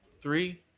three